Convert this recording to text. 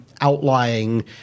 outlying